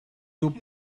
you